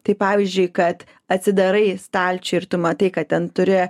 tai pavyzdžiui kad atsidarai stalčių ir tu matai kad ten turi